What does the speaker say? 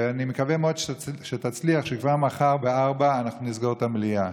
ואני מקווה מאוד שתצליח שמחר כבר ב-16:00 אנחנו נסגור את המליאה.